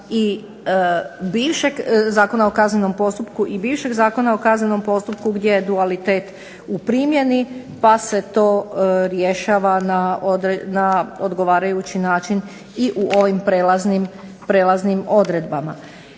i bivšeg Zakona o kaznenom postupku gdje je dualitet u primjeni pa se to rješava na odgovarajući način i u ovim prelaznim odredbama.